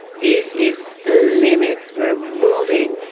this is the limit. we're moving.